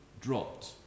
dropped